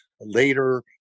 later